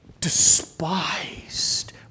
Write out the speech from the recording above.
despised